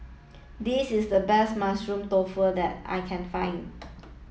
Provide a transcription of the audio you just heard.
this is the best mushroom tofu that I can find